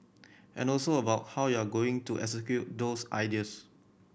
and also about how you're going to execute those ideas